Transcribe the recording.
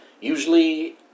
usually